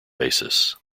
basis